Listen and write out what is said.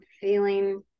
feeling